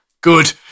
Good